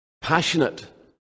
passionate